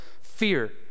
fear